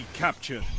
capture